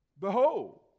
Behold